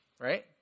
right